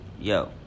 yo